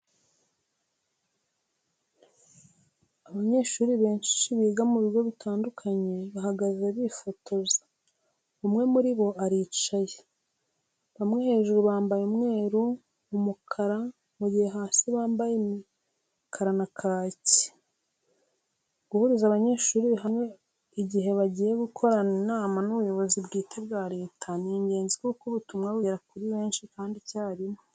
Abanyeshuri benshi biga ku bigo bitandukanye bahagaze bifotoza, umwe muri bo aricaye. Bamwe hejuru bambaye umweru, umukara, mu gihe hasi bambaye imikara na kaki. Guhuriza abanyeshuri hamwe igihe bagiye gukorana inama n'ubuyobozi bwite bwa leta ni ingenzi kuko ubutumwa bugera kuri benshi kandi icyarimwe.